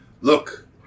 Look